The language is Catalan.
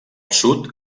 sud